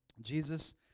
Jesus